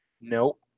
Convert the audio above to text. Nope